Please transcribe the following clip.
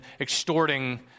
extorting